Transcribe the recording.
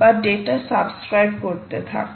বা data subscribe করতে থাকো